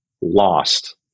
lost